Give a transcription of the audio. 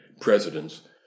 presidents